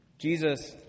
Jesus